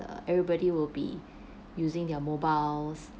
err everybody will be using their mobile